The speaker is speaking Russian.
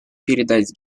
передать